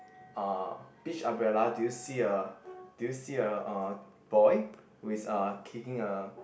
uh beach umbrella do you see a do you see a uh boy who's uh kicking a